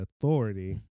authority